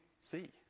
see